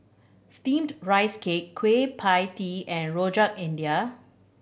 Steamed Rice Cake Kueh Pie Tee and Rojak India